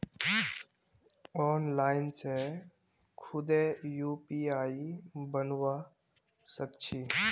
online से खुदे UPI बनवा सक छी